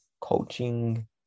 coaching